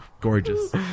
Gorgeous